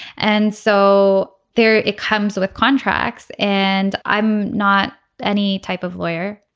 and so there it comes with contracts and i'm not any type of lawyer